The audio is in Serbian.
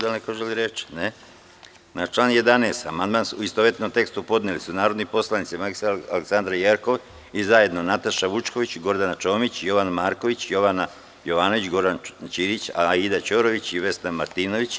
Da li neko želi reč? (Ne) Na član 11. amandmane, u istovetnom tekstu, podneli su narodni poslanici mr Aleksandra Jerkov i zajedno Nataša Vučković, Gordana Čomić, Jovan Marković, Jovan Jovanović, Goran Ćirić, Aida Ćorović i Vesna Martinović.